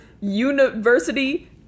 University